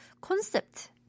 concept